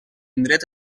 indret